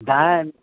धान